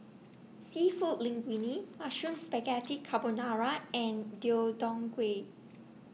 Seafood Linguine Mushroom Spaghetti Carbonara and Deodeok Gui